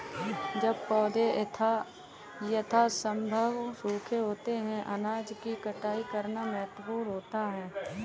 जब पौधे यथासंभव सूखे होते हैं अनाज की कटाई करना महत्वपूर्ण होता है